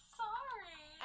sorry